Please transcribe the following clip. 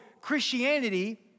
Christianity